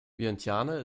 vientiane